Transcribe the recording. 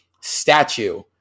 statue